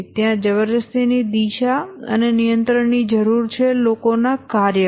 ત્યાં જબરદસ્તીની દિશા અને નિયંત્રણની જરૂર છે લોકોના કાર્ય પર